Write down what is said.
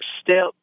step